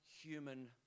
human